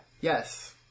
Yes